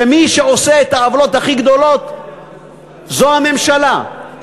שמי שעושה את העוולות הכי גדולות זו הממשלה,